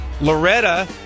Loretta